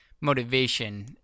motivation